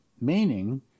Meaning